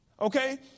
okay